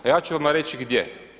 A ja ću vama reći gdje.